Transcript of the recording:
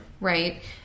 Right